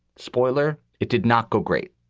spoiler it did not go great.